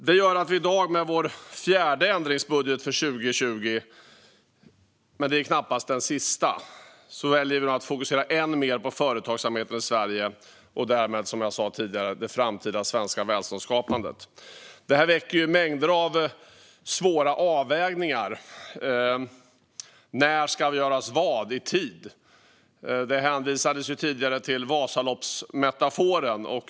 Detta gör att vi i dag med vår fjärde ändringsbudget för 2020 - det är knappast den sista - kan fokusera än mer på företagsamheten i Sverige och därmed det framtida svenska välståndsskapandet. Det finns mängder av svåra avvägningar i detta: Vad ska göras och när? Det hänvisades tidigare till vasaloppsmetaforen.